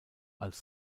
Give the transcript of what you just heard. als